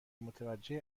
متوجه